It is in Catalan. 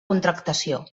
contractació